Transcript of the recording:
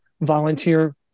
volunteer